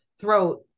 throat